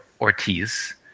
Ortiz